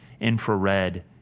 infrared